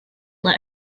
let